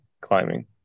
climbing